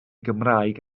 cymraeg